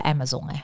Amazon